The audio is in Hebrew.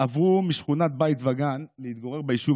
עברו משכונת בית וגן להתגורר ביישוב